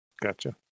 Gotcha